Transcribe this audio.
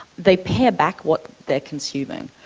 they pare back what they are consuming.